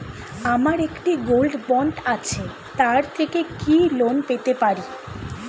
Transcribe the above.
আমার একটি gold bond আছে তার থেকে কি লোন পেতে পারি?